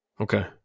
Okay